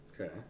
okay